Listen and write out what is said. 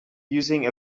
using